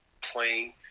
playing